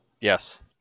Yes